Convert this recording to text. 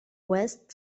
west